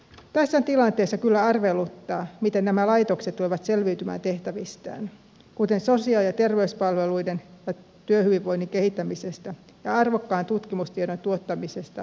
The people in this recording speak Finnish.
tässä tilanteessa kyllä arveluttaa miten nämä laitokset tulevat selviytymään tehtävistään kuten sosiaali ja terveyspalvelujen ja työhyvinvoinnin kehittämisestä ja arvokkaan tutkimustiedon tuottamisesta päätöksenteon tueksi